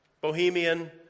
Bohemian